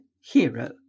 Hero